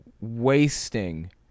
wasting